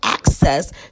access